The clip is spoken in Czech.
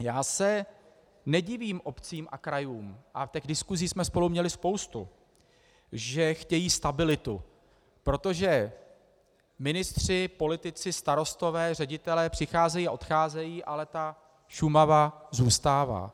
Já se nedivím obcím a krajům, a těch diskusí jsme spolu měli spoustu, že chtějí stabilitu, protože ministři, politici, starostové, ředitelé přicházejí a odcházejí, ale Šumava zůstává.